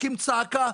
נקים צעקה,